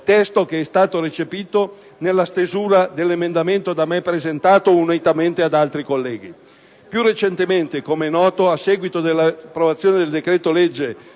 testo che è stato recepito nella stesura dall'emendamento da me presentato unitamente ad altri colleghi. Più recentemente, come noto, a seguito dell'approvazione del decreto-legge